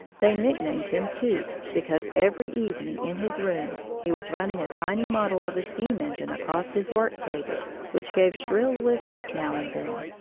they nicknamed him toot, because every evening, in his room, he was running a tiny model of a steam-engine across his work table, which gave shrill whistles now and then.